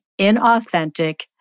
inauthentic